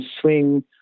swing